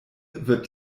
wird